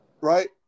right